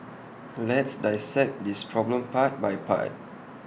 let's dissect this problem part by part